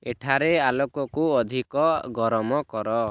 ଏଠାରେ ଆଲୋକକୁ ଅଧିକ ଗରମ କର